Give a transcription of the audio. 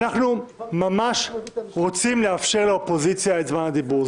אנחנו ממש רוצים לאפשר לאופוזיציה את זמן הדיבור.